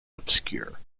obscure